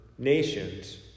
Nations